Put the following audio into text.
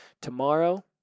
Tomorrow